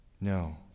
No